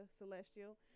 celestial